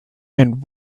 and